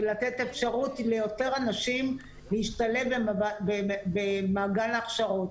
ולתת אפשרות ליותר אנשים להשתלב במעגל ההכשרות.